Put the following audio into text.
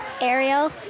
Ariel